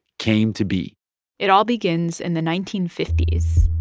came to be it all begins in the nineteen fifty s.